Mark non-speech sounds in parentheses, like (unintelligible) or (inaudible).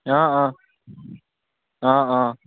অঁ অঁ (unintelligible) অঁ অঁ